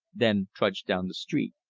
then trudged down the street.